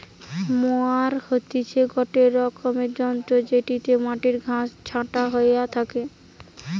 mower হতিছে গটে রকমের যন্ত্র জেটিতে মাটির ঘাস ছাটা হইয়া থাকে